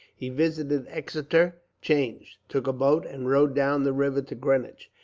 he visited exeter change, took a boat and rowed down the river to greenwich,